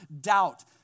doubt